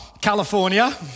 California